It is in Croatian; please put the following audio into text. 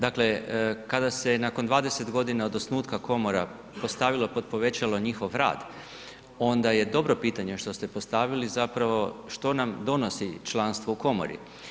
Dakle, kada se nakon 20 g. od osnutka komora postavilo pod povećalo njih rad onda je dobro pitanje što ste postavili, zapravo što nam donosi članstvo u komori.